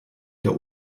der